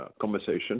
conversation